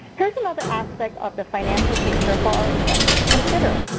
here's another aspect of the financial picture for our investor to consider.